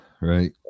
right